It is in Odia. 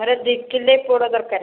ମୋର ଦୁଇ କିଲୋ ପୋଡ଼ ଦରକାର